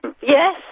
yes